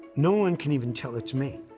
no one can even tell it's me.